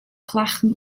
klachten